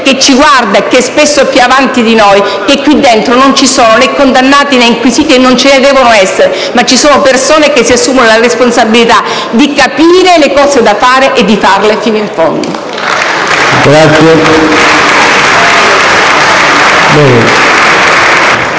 che ci guarda e che spesso è più avanti di noi, che qui dentro non ci sono né condannati né inquisiti - e non ce ne devono essere - ma ci sono persone che si assumono la responsabilità di capire le cose da fare e di farle fino in fondo.